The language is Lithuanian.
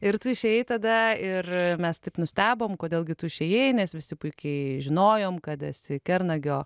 ir tu išėjai tada ir mes taip nustebom kodėl gi tu išėjai nes visi puikiai žinojom kad esi kernagio